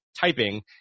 typing